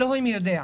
אלוהים יודע.